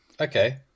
Okay